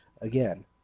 again